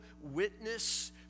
witness